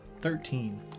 Thirteen